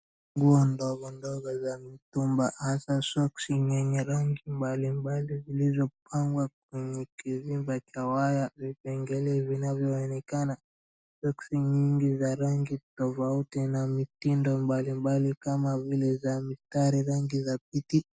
Nguo ndogo ndogo za mitumba, hata soksi zenye rangi mbalimbali zilizopangwa kwenye kizimba cha waya, vipengele vinavyoonekana. Soksi nyingi za rangi tofauti na mitindo mbalimbali kama vile za mistari, rangi za viti.